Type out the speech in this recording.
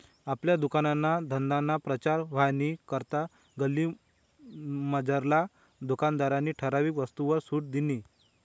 आपला दुकानना धंदाना प्रचार व्हवानी करता गल्लीमझारला दुकानदारनी ठराविक वस्तूसवर सुट दिनी